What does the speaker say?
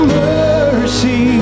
mercy